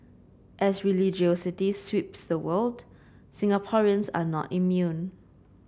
as religiosity sweeps the world Singaporeans are not immune